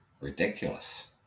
ridiculous